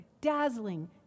dazzling